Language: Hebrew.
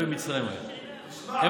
גם במצרים היה,